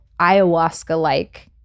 ayahuasca-like